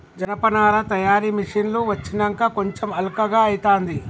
జనపనార తయారీ మిషిన్లు వచ్చినంక కొంచెం అల్కగా అయితాంది